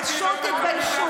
פשוט תתביישו.